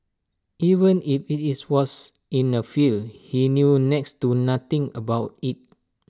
even if IT was in A field he knew next to nothing about IT